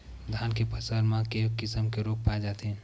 धान के फसल म के किसम के रोग पाय जाथे?